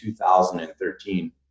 2013